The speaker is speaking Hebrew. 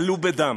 עלו בדם.